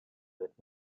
wird